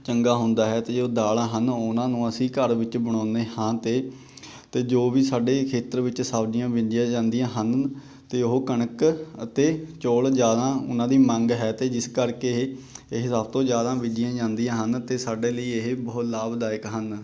ਚੰਗਾ ਹੁੰਦਾ ਹੈ ਅਤੇ ਜੋ ਦਾਲਾਂ ਹਨ ਉਹਨਾਂ ਨੂੰ ਅਸੀਂ ਘਰ ਵਿੱਚ ਬਣਾਉਂਦੇ ਹਾਂ ਅਤੇ ਅਤੇ ਜੋ ਵੀ ਸਾਡੇ ਖੇਤਰ ਵਿੱਚ ਸਬਜ਼ੀਆਂ ਬੀਜੀਆਂ ਜਾਂਦੀਆਂ ਹਨ ਅਤੇ ਉਹ ਕਣਕ ਅਤੇ ਚੌਲ ਜ਼ਿਆਦਾ ਉਹਨਾਂ ਦੀ ਮੰਗ ਹੈ ਅਤੇ ਜਿਸ ਕਰਕੇ ਇਹ ਇਹ ਸਭ ਤੋਂ ਜ਼ਿਆਦਾ ਬੀਜੀਆਂ ਜਾਂਦੀਆਂ ਹਨ ਅਤੇ ਸਾਡੇ ਲਈ ਇਹ ਬਹੁਤ ਲਾਭਦਾਇਕ ਹਨ